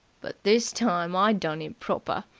but this time i done him proper.